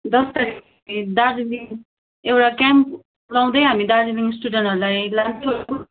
दस तारिक दार्जिलिङ एउटा क्याम्प लाउँदै हामी दार्जिलिङ स्टुडेन्टहरूलाई